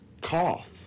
cough